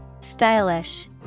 Stylish